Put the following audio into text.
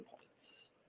points